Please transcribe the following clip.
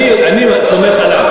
אני סומך עליו.